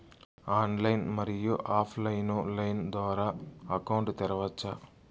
Online, మరియు offline line ద్వారా account తెరవచ్చా?